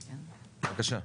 בבקשה.